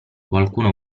qualcuno